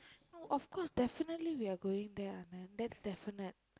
no of course definitely we are going there Anand that's definite